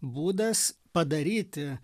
būdas padaryti